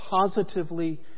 positively